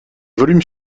volumes